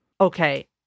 Okay